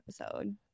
episode